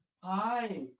Hi